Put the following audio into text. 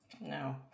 No